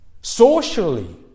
socially